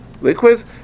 liquids